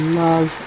love